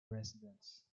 residents